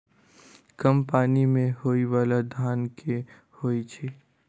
कम पानि मे होइ बाला धान केँ होइ छैय?